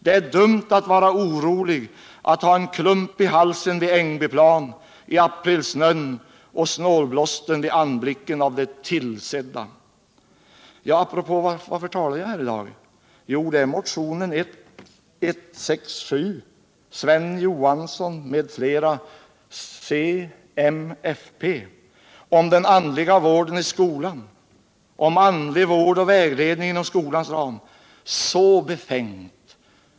Det är dumt att vara orolig, att ha en klump i halsen vid Ängbyplan i aprilsnön och snålblåsten vid anblicken av de tillsedda. Så befängt.